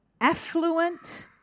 affluent